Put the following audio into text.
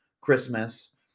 Christmas